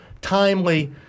timely